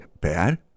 Bad